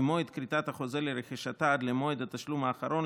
ממועד כריתת החוזה לרכישתה עד למועד התשלום האחרון,